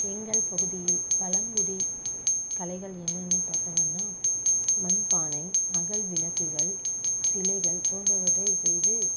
எங்கள் பகுதியில் பழங்குடிக் கலைகள் என்னென்ன பார்த்தங்கன்னா மண்பானை அகல் விளக்குகள் சிலைகள் போன்றவற்றை செய்து